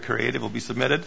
creative will be submitted